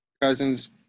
Cousins